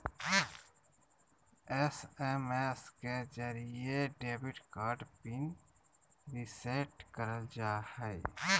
SMS के जरिये debit card PIN reset करल जा हय